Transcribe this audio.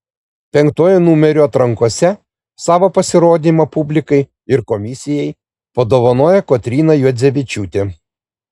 penktuoju numeriu atrankose savo pasirodymą publikai ir komisijai padovanojo kotryna juodzevičiūtė